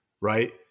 right